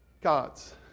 God's